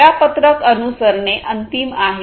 वेळापत्रक अनुसरणे अंतिम आहे